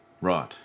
Right